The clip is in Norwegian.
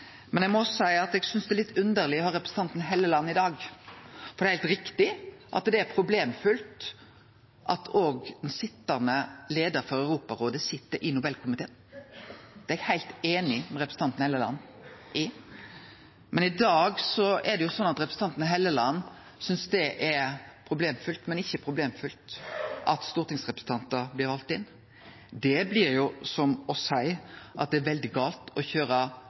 men eg må seie eg synest det som kom frå representanten Helleland i dag er litt underleg. Det er heilt riktig at det er problemfylt at òg den sitjande leiaren for Europarådet sit i Nobelkomiteen. Det er eg heilt einig med representanten Helleland i. Men i dag synest representanten Helleland det er problemfylt, men det er ikkje problemfylt at stortingsrepresentantar blir valde inn. Det blir som å seie at det er veldig galt å